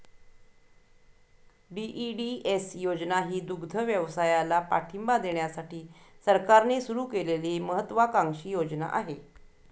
DEDS योजना ही दुग्धव्यवसायाला पाठिंबा देण्यासाठी सरकारने सुरू केलेली महत्त्वाकांक्षी योजना आहे